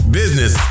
business